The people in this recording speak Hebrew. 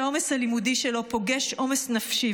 שהעומס הלימודי שלו פוגש עומס נפשי,